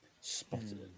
Spotted